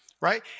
right